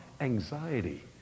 anxiety